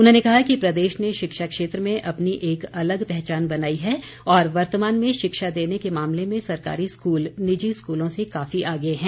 उन्होंने कहा कि प्रदेश ने शिक्षा क्षेत्र में अपनी एक अलग पहचान बनाई है और वर्तमान में शिक्षा देने के मामले में सरकारी स्कूल निजी स्कूलों से काफी आगे हैं